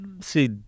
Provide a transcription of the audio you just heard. see